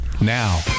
now